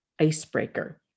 icebreaker